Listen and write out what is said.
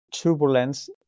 Turbulence